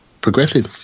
progressive